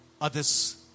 others